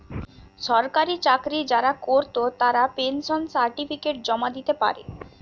সরকারি চাকরি যারা কোরত তারা পেনশন সার্টিফিকেট জমা দিতে পারে